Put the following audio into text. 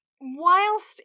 Whilst